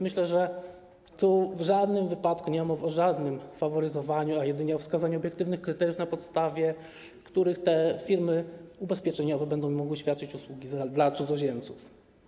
Myślę, że tu w żadnym wypadku nie ma mowy o faworyzowaniu, a jedynie o wskazaniu obiektywnych kryteriów, na podstawie których te firmy ubezpieczeniowe będą mogły świadczyć usługi dla cudzoziemców.